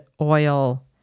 oil